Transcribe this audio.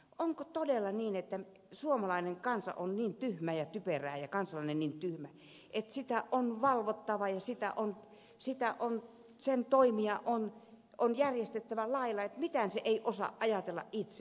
onko todella niin että suomalainen kansa on niin tyhmää ja typerää ja kansalainen niin tyhmä että sitä on valvottava ja sen toimia on järjestettävä lailla että mitään se ei osaa ajatella itse